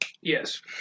Yes